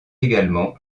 également